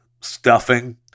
stuffing